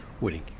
winning